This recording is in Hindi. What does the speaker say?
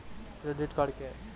क्रेडिट कार्ड क्या है?